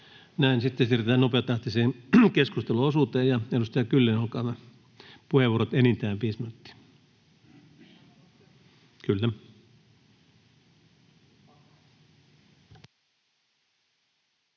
Näin, sitten siirrytään nopeatahtiseen keskusteluosuuteen. — Ja edustaja Kyllönen, olkaa hyvä. Puheenvuorot enintään viisi minuuttia. [Merja